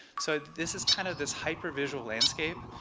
so this is kind of this hyper visual landscape.